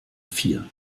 vier